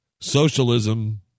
Socialism